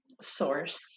source